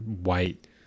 white